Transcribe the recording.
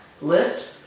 lift